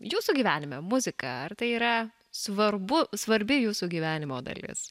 jūsų gyvenime muzika ar tai yra svarbu svarbi jūsų gyvenimo dalis